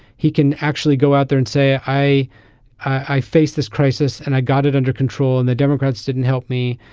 he can actually go out there and say i i face this crisis and i got it under control and the democrats didn't help me.